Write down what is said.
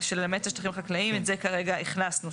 "למעט השטחים החקלאיים", זה כרגע הכנסנו.